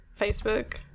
Facebook